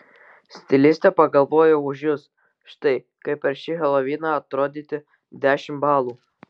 stilistė pagalvojo už jus štai kaip per šį heloviną atrodyti dešimt balų